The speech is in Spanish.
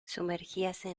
sumergíase